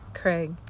Craig